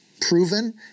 proven